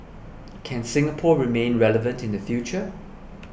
can Singapore remain relevant in the future